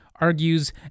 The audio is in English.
argues